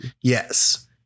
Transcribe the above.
Yes